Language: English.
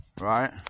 right